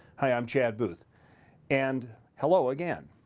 hi i'm chad booth and hello again.